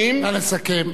וילנאי,